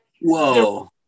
Whoa